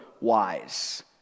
wise